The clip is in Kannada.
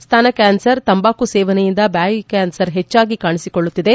ಸ್ತನ ಕ್ಯಾನ್ಸರ್ ತಂಬಾಕು ಸೇವನೆಯಿಂದ ಬಾಯಿ ಕ್ಯಾನ್ಸರ್ ಹೆಚ್ಚಾಗಿ ಕಾಣಿಸಿಕೊಳ್ಳುತ್ತಿದೆ